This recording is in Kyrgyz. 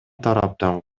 тараптан